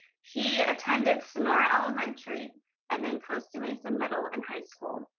he attended sonora elementary and then costa mesa middle and high school.